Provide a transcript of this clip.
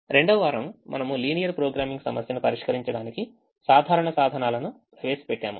రెండవ వారం మనము లీనియర్ ప్రోగ్రామింగ్ సమస్యను పరిష్కరించడానికి సాధారణ సాధనాలను ప్రవేశపెట్టాము